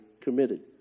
committed